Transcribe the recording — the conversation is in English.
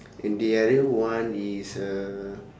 and the other one is uh